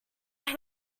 and